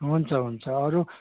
हुन्छ हुन्छ अरू